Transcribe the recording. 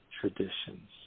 traditions